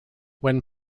when